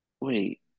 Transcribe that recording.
Wait